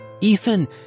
Ethan